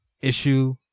issue